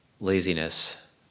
laziness